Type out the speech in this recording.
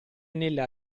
nella